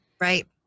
Right